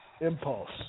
Impulse